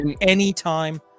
anytime